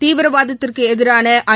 தீவிரவாதத்திற்குஎதிரானஐ